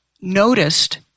noticed